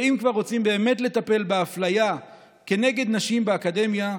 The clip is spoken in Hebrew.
ואם כבר רוצים באמת לטפל באפליה כנגד נשים באקדמיה,